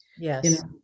Yes